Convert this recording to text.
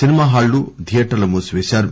cinema హాల్లు థియేటర్లు మూసిపేశారు